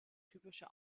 typische